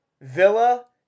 Villa